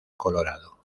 colorado